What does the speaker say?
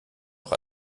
noch